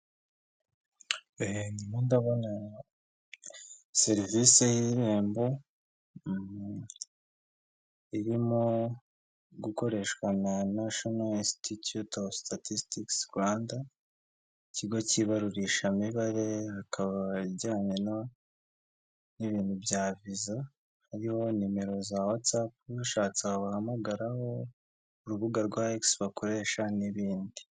Ndimo ndabona serivisi y'irembo irimo gukoreshwa na nashino insititiyuti ofu sitatisitikisi ku ruhande, ikigo cy'ibarurishamibare, bikaba bijyanye n'ibintu bya viza, hariho nimero za watsapu ubishatse wabahamagaraho, urubuga rwa egisi bakoresha n'ibindi.